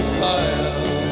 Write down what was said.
fire